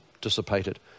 dissipated